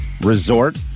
Resort